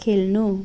खेल्नु